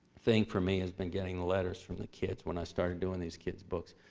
thing for me has been getting letters from the kids when i started doing these kids books.